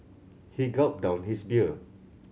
he gulped down his beer